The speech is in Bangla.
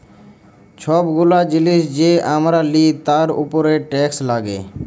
ছব গুলা জিলিস যে আমরা লিই তার উপরে টেকস লাগ্যে